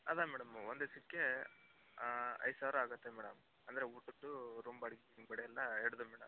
ಅದೆ ಮೇಡಮ್ ಒಂದು ದಿವ್ಸಕ್ಕೆ ಐದು ಸಾವಿರ ಆಗುತ್ತೆ ಮೇಡಮ್ ಅಂದರೆ ಊಟುದ್ದು ರೂಮ್ ಬಾಡಿಗೆ ಎಲ್ಲ ಹಿಡಿದು ಮೇಡಮ್